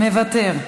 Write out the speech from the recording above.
מוותר.